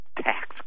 tax